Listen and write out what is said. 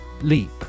LEAP